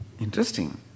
interesting